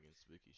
spooky